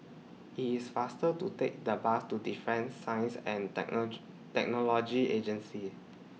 IT IS faster to Take The Bus to Defence Science and Technology Agency